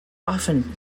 often